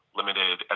limited